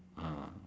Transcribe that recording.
ah